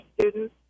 students